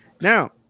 Now